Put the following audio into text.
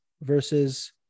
versus